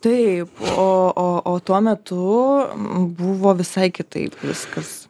taip o o o tuo metu buvo visai kitaip viskas